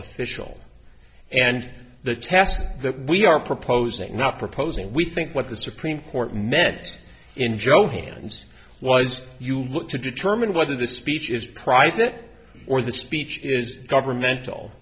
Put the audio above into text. official and the task that we are proposing not proposing we think what the supreme court meant in johannes was you look to determine whether the speech is private or the speech is governmental